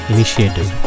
Initiative